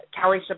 Kelly